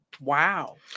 wow